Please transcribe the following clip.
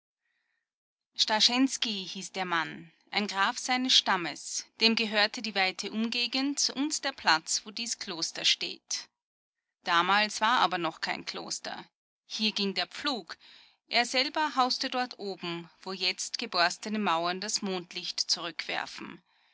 starschensky hieß der mann ein graf seines stammes dem gehörte die weite umgegend und der platz wo dies kloster steht damals war aber noch kein kloster hier ging der pflug er selber hauste dort oben wo jetzt geborstene mauern das mondlicht zurückwerfen